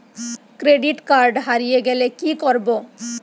Credit card হারিয়ে গেলে কি করব?